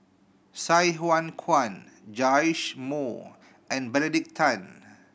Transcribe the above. Sai Hua Kuan Joash Moo and Benedict Tan